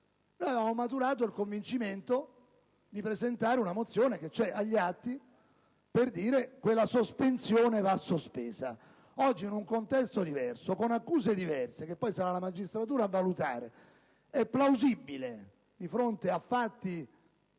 Abbiamo maturato il convincimento di presentare una mozione - che è agli atti - per dire che quella richiesta di sospensione va sospesa: oggi in un contesto diverso, con accuse diverse che poi sarà la magistratura a valutare, è plausibile, di fronte a fatti